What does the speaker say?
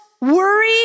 worry